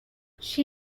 she